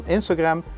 Instagram